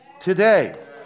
today